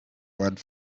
word